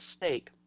mistake